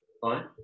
Fine